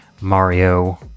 Mario